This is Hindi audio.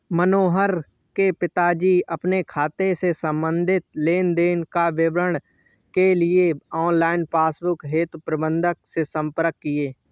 मनोहर के पिताजी अपने खाते से संबंधित लेन देन का विवरण के लिए ऑनलाइन पासबुक हेतु प्रबंधक से संपर्क किए